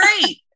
great